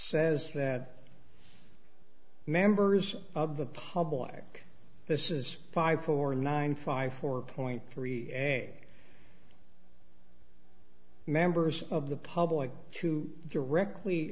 says that members of the public this is five four nine five four point three eg members of the public to directly